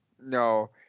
no